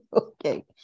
Okay